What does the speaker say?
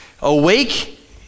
Awake